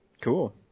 Cool